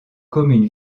commune